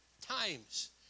times